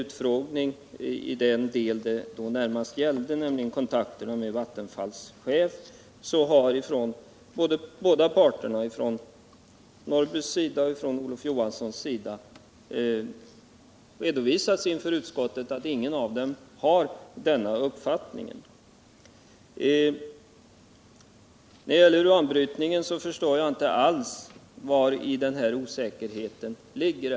Utfrågningen i den del som det närmast gällde, nämligen i kontakterna med Vattenfalls chef, har från båda parter — av Jonas Norrby och av Olof Johansson — redovisats inför utskottet att ingendera parten har den uppfattningen. Beträffande uranbrytningen förstår jag inte alls vari osäkerheten ligger.